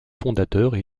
fondateurs